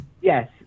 Yes